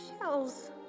shells